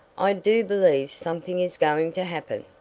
i do believe something is going to happen!